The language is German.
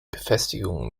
befestigung